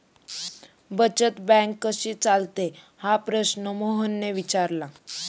बचत बँक कशी चालते हा प्रश्न मोहनने विचारला?